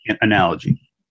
Analogy